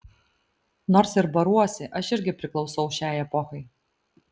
nors ir baruosi aš irgi priklausau šiai epochai